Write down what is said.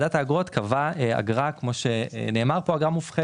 וקבעה אגרה מופחתת,